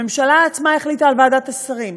הממשלה עצמה החליטה על ועדת השרים,